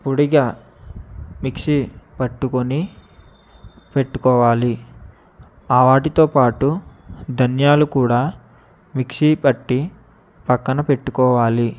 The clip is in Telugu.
పొడిగా మిక్సీ పట్టుకొని పెట్టుకోవాలి ఆ వాటితో పాటు ధనియాలు కూడా మిక్సీ పట్టి ప్రక్కన పెట్టుకోవాలి